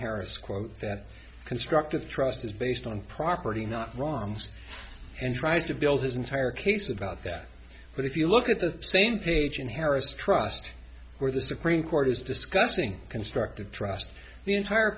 harris quote that constructive trust is based on property not wrongs and tries to build his entire case about that but if you look at the same page in harris trust where the supreme court is discussing constructive trust the entire